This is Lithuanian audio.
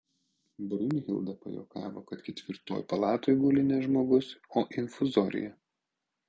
brunhilda pajuokavo kad ketvirtoj palatoj guli ne žmogus o infuzorija